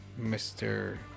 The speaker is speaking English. Mr